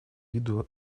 виду